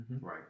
Right